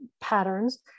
patterns